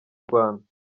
rwanda